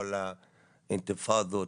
כל האינתיפאדות,